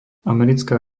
americká